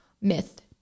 myth